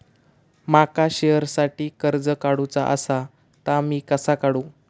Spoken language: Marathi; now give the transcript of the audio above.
माका शेअरसाठी कर्ज काढूचा असा ता मी कसा काढू?